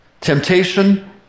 Temptation